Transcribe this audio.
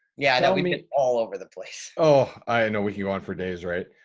yeah yeah. we mean all over the place. oh, i know what you want for days. right.